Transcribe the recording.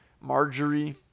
Marjorie